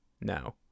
No